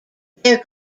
their